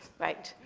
right,